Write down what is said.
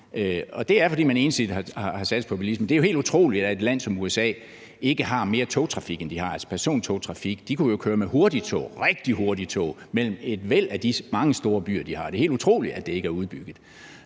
Det er, fordi man ensidigt har satset på bilismen. Det er helt utroligt, at et land som USA ikke har mere togtrafik, end de har, altså persontogtrafik. De kunne jo køre med hurtigtog, rigtige hurtigtog, mellem et væld af disse mange store byer, de har. Det er helt utroligt, at det ikke er udbygget.